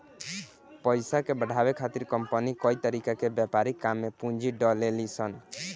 पइसा के बढ़ावे खातिर कंपनी कई तरीका के व्यापारिक काम में पूंजी डलेली सन